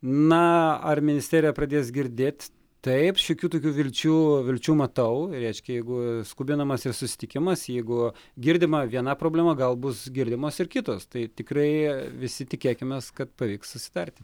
na ar ministerija pradės girdėt taip šiokių tokių vilčių vilčių matau reiškia jeigu skubinamas ir susitikimas jeigu girdima viena problema gal bus girdimos ir kitos tai tikrai visi tikėkimės kad pavyks susitarti